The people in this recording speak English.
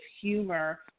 humor